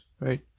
right